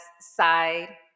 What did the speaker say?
side